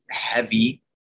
heavy